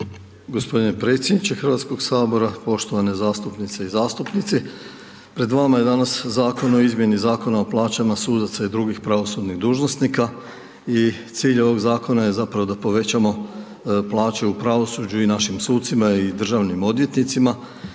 G. predsjedniče HS-a, poštovane zastupnice i zastupnici. Pred vama je danas Zakon o izmjeni Zakona o plaćama sudaca i drugih pravosudnih dužnosnika i cilj ovog zakona je zapravo da povećamo plaće u pravosuđu, i našim sucima i državnim odvjetnicima